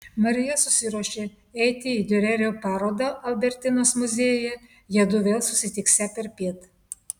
marija susiruošė eiti į diurerio parodą albertinos muziejuje jiedu vėl susitiksią perpiet